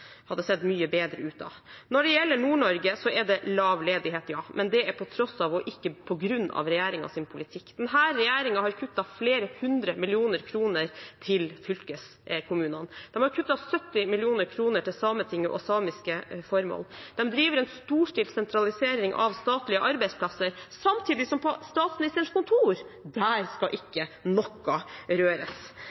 hadde sett mye bedre ut da. Når det gjelder Nord-Norge, er det lav ledighet – ja. Men det er på tross av, ikke på grunn av, regjeringens politikk. Denne regjeringen har kuttet flere hundre millioner kroner til fylkeskommunene. De har kuttet 70 mill. kr til Sametinget og samiske formål. De driver en storstilt sentralisering av statlige arbeidsplasser. Samtidig: På statsministerens kontor skal ikke noe røres.